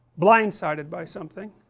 blindsided by something